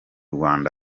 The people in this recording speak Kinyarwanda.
rwanda